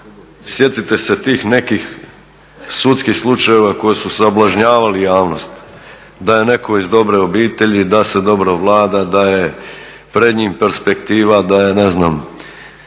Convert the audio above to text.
sjetite se tih nekih sudskih slučajeva koji su sablažnjavali javnost, da je neko iz dobre obitelji, da se dobro vlada, da je pred njim perspektiva, da je ne znam